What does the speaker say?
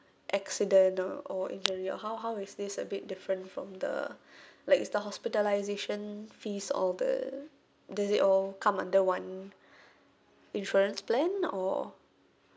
accident uh or injury ho~ how is this a bit different from the like is the hospitalisation fees all the does it all come under one insurance plan or